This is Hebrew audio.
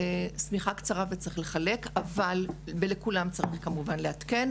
השמיכה קצרה וצריך לחלק, ולכולם צריך כמובן לעדכן.